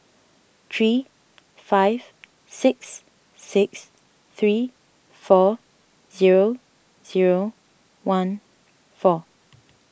three five six six three four zero zero one four